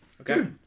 Okay